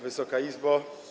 Wysoka Izbo!